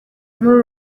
muri